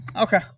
Okay